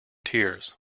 tears